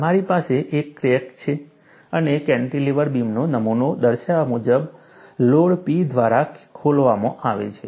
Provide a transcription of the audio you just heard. તમારી પાસે એક ક્રેક છે અને કેન્ટિલેવર બીમનો નમૂનો દર્શાવ્યા મુજબ લોડ P દ્વારા ખોલવામાં આવે છે